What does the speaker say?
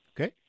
Okay